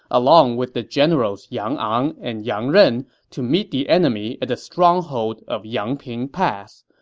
along with the generals yang ang and yang ren to meet the enemy at the stronghold of yangping pass.